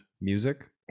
music